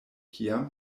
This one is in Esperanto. kiam